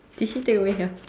did she take away ya